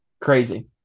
Crazy